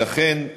ואכן,